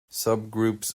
subgroups